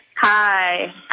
Hi